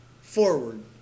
forward